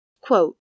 Quote